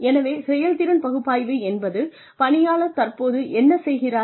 எனவே செயல்திறன் பகுப்பாய்வு என்பது பணியாளர் தற்போது என்ன செய்கிறார்